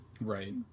right